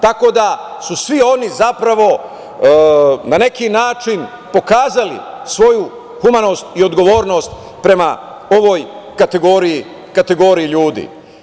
Tako da su svi oni zapravo na neki način pokazali svoju humanost i odgovornost prema ovoj kategoriji ljudi.